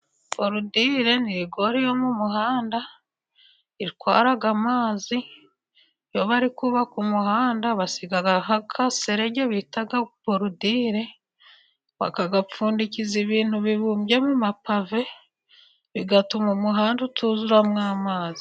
Borudirire ni rigori yo mu muhanda itwara amazi. Iyo bari kubaka umuhanda basiga agaferege bita borudire, bakagapfundikiza ibintu bibumbye mu mapave, bigatuma umuhanda utuzuramo amazi.